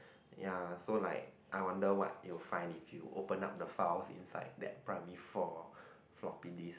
ya so like I wonder what you find if you open up the file inside that primary four floppy disc